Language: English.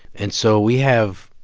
and so we have,